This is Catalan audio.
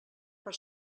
per